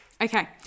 Okay